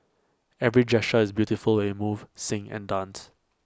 every gesture is beautiful when we move sing and dance